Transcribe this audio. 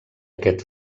aquest